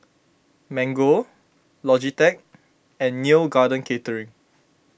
Mango Logitech and Neo Garden Catering